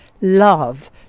Love